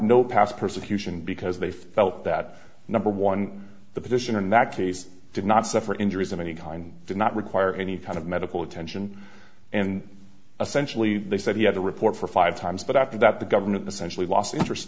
no past persecution because they felt that number one the position in that case did not suffer injuries of any kind did not require any kind of medical attention and essentially they said he had to report for five times but after that the government essentially lost interest